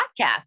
podcast